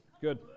good